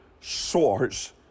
source